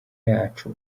yacu